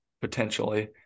potentially